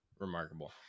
Remarkable